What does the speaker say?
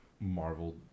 marvel